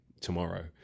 tomorrow